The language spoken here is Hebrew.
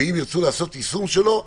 אם ירצו לעשות יישום שלו,